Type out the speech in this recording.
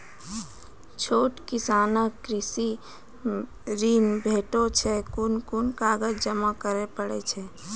छोट किसानक कृषि ॠण भेटै छै? कून कून कागज जमा करे पड़े छै?